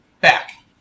Back